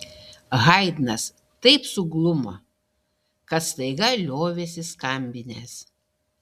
haidnas taip suglumo kad staiga liovėsi skambinęs